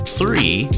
three